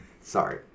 Sorry